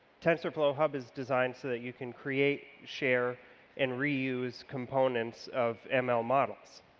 tensorflow hub is designed so that you can create, share and reuse components of ml models.